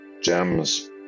gems